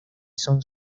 son